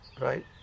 right